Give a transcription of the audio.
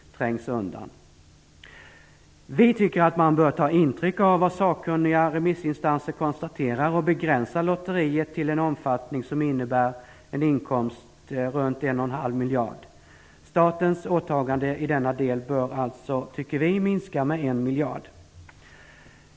Vi tycker att man bör ta intryck av vad sakkunniga remissinstanser konstaterar och begränsa lotteriet till en omfattning som innebär en inkomst runt en och en halv miljard. Statens åtagande i denna del bör alltså, tycker vi, minska med en miljard.